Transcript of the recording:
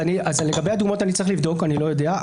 לגבי הדוגמאות אני צריך לבדוק, אני לא יודע.